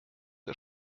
der